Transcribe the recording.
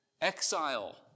Exile